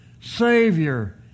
Savior